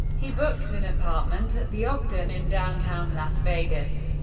he booked an apartment at the ogden in downtown las vegas,